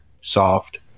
soft